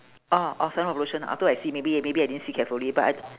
orh orh sunblock lotion afterward I see maybe maybe I didn't see carefully but I